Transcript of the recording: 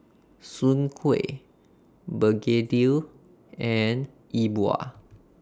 Soon Kway Begedil and E Bua